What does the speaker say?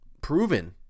proven